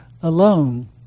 alone